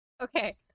Okay